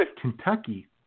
Kentucky